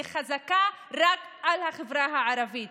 היא חזקה רק על החברה הערבית.